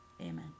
Amen